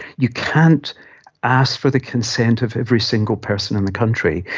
you can't ask for the consent of every single person in the country,